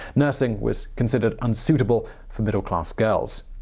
nursing was considered unsuitable for middle class girls.